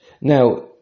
Now